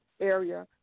area